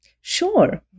Sure